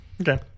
Okay